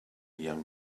young